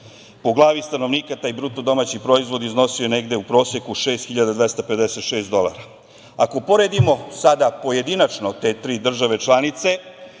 po glavi stanovnika taj bruto domaći proizvod iznosio je negde u proseku 6.256 dolara. Ako poredimo sada pojedinačno te tri države članice